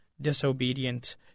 disobedient